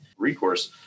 recourse